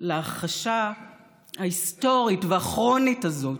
להכחשה ההיסטורית והכרונית הזאת.